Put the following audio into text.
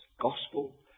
gospel